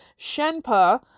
Shenpa